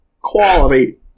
Quality